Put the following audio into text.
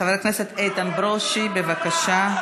חבר הכנסת איתן ברושי, בבקשה.